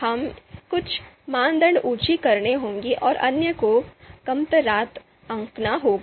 हमें कुछ मानदंड ऊंचे करने होंगे और अन्य को कमतर आंकना होगा